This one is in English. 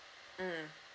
mm